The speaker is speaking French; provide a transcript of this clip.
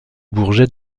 bourget